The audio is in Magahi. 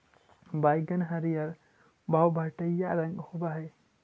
बइगन हरियर आउ भँटईआ रंग के होब हई